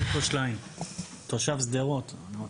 אליקו שליין, תושב שדרות.